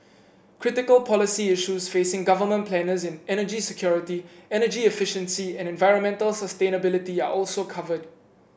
critical policy issues facing government planners in energy security energy efficiency and environmental sustainability are also covered